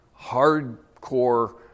hardcore